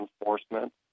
enforcement